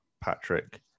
Patrick